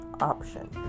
option